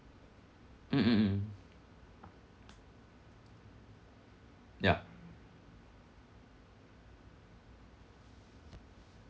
mm mm mm ya